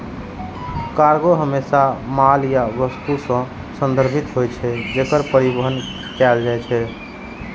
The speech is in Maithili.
कार्गो हमेशा माल या वस्तु सं संदर्भित होइ छै, जेकर परिवहन कैल जाइ छै